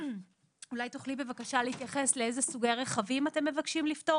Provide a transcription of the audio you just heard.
אולי תוכלי בבקשה להתייחס לאיזה סוגי רכבים אתם מבקשים לפטור?